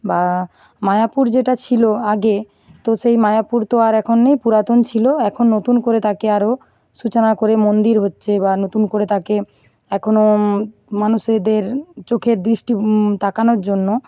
বা মায়াপুর যেটা ছিলো আগে তো সেই মায়াপুর তো আর এখন নেই পুরাতন ছিলো এখন নতুন করে তাকে আরও সূচনা করে মন্দির হচ্ছে বা নতুন করে তাকে এখনো মানুষেদের চোখের দৃষ্টি তাকানোর জন্য